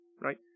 right